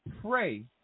pray